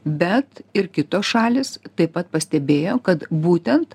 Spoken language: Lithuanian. be ir kitos šalys taip pat pastebėjo kad būtent